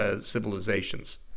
civilizations